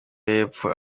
y’epfo